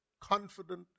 confident